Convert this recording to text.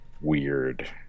weird